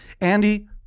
Andy